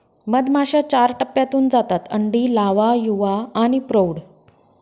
मधमाश्या चार टप्प्यांतून जातात अंडी, लावा, युवा आणि प्रौढ